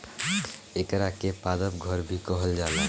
एकरा के पादप घर भी कहल जाला